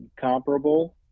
comparable